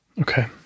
Okay